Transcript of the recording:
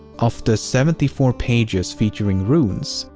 of the seventy four pages featuring runes,